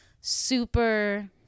super